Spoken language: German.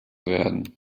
werden